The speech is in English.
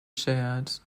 chaired